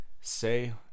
say